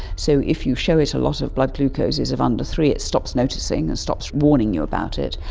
so if you show it a lot of blood glucoses of under three it stops noticing and stops warning you about it.